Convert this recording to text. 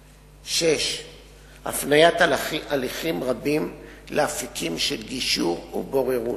6. הפניית הליכים רבים לאפיקים של גישור ובוררות,